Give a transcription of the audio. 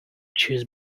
choose